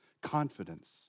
Confidence